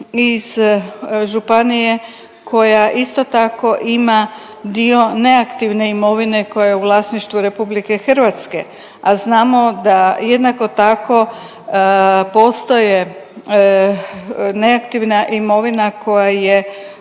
iz županije koja isto tako ima dio neaktivne imovine koja je u vlasništvu RH, a znamo da jednako tako postoje neaktivna imovina koja je